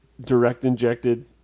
direct-injected